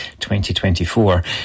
2024